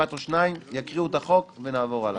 כמה שנעשה יותר מוקדם זה יעזור להם בעניין.